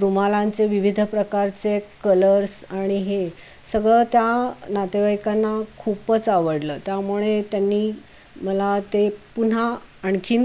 रुमालांचे विविध प्रकारचे कलर्स आणि हे सगळं त्या नातेवाईकांना खूपच आवडलं त्यामुळे त्यांनी मला ते पुन्हा आणखी